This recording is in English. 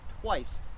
twice